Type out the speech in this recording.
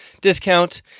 discount